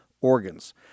organs